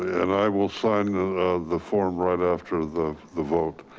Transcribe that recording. and i will sign the form right after the the vote.